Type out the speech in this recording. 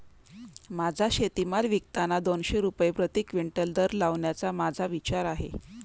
माझा शेतीमाल विकताना दोनशे रुपये प्रति क्विंटल दर लावण्याचा माझा विचार आहे